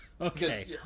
okay